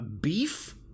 Beef